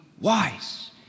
wise